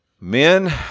men